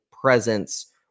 presence